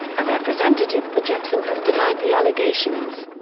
a representative for jepsen has denied the allegations.